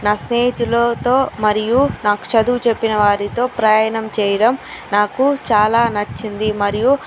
నా స్నేహితులతో మరియు నాకు చదువు చెప్పిన వారితో ప్రయాణం చేయడం నాకు చాలా నచ్చింది మరియు